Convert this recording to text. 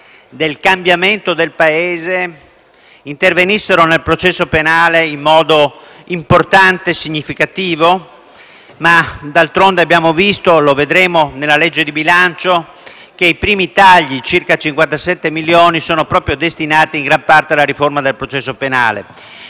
del cambiamento del Paese, intervenissero nel processo penale in modo importante e significativo, ma d'altronde abbiamo visto, e lo vedremo nella manovra di bilancio, che i primi tagli - circa 57 milioni - sono proprio destinati in gran parte alla riforma del processo penale.